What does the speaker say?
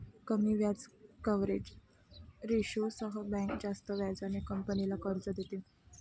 कमी व्याज कव्हरेज रेशोसह बँक जास्त व्याजाने कंपनीला कर्ज देते